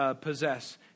possess